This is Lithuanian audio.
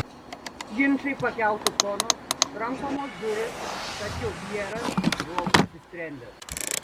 ginčai pakeltu tonu trankomos durys tačiau pjeras buvo apsisprendęs